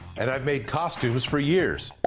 and i've made costumes for years.